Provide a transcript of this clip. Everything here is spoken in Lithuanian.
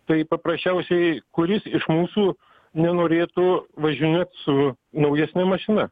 tai paprasčiausiai kuris iš mūsų nenorėtų važinėt su naujesne mašina